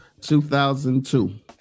2002